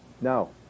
no